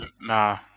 Nah